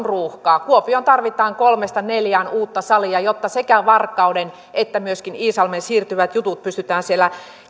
ruuhkaa kuopioon tarvitaan kolmesta neljään uutta salia jotta sekä varkauden että myöskin iisalmeen siirtyvät jutut pystytään siellä